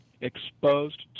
exposed